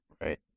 Right